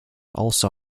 also